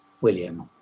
William